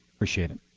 appreciate it.